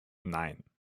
nein